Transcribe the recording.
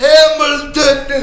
Hamilton